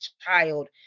child